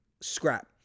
scrap